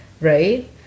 right